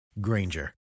Granger